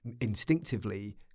instinctively